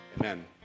Amen